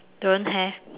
don't have